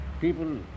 people